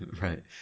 right